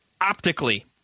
optically